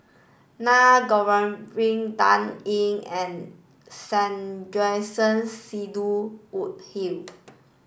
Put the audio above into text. Naa Govindasamy Dan Ying and Sandrasegaran Sidney Woodhull